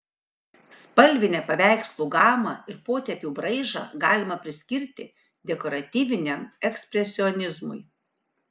spalvinę paveikslų gamą ir potėpių braižą galima priskirti dekoratyviam ekspresionizmui